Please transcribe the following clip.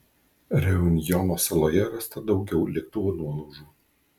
reunjono saloje rasta daugiau lėktuvo nuolaužų